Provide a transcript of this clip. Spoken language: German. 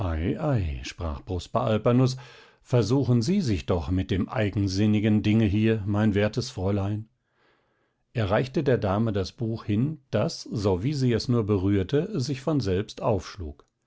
sprach prosper alpanus versuchen sie sich doch mit dem eigensinnigen dinge hier mein wertes fräulein er reichte der dame das buch hin das sowie sie es nur berührte sich von selbst aufschlug